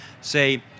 Say